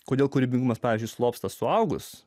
kodėl kūrybingumas pavyzdžiui slopsta suaugus